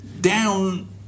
down